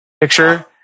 picture